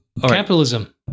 Capitalism